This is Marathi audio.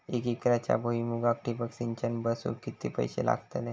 एक एकरच्या भुईमुगाक ठिबक सिंचन बसवूक किती पैशे लागतले?